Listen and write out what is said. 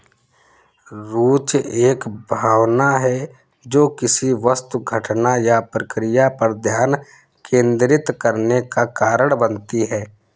रूचि एक भावना है जो किसी वस्तु घटना या प्रक्रिया पर ध्यान केंद्रित करने का कारण बनती है